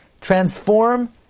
transform